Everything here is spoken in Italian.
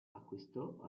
acquistò